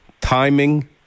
timing